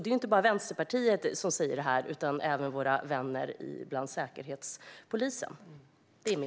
Det är inte bara Vänsterpartiet som säger detta, utan även våra vänner vid Säkerhetspolisen.